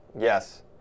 Yes